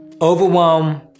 overwhelm